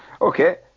okay